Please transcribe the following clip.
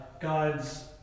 God's